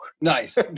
Nice